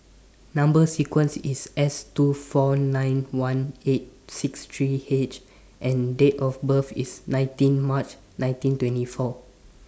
Number sequence IS S two four nine one eight six three H and Date of birth IS nineteen March nineteen twenty four